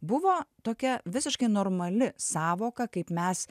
buvo tokia visiškai normali sąvoka kaip mes